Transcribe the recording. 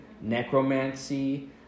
necromancy